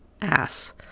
ass